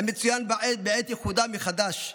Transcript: המצוין בעת איחודה מחדש,